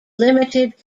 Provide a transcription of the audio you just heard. limited